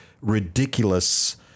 ridiculous